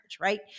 right